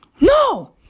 No